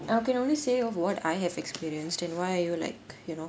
I can only say of what I have experienced and why are you like you know